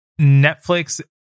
Netflix